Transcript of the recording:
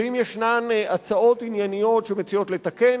אם יש הצעות ענייניות שמציעות לתקן,